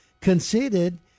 conceded